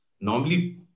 Normally